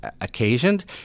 occasioned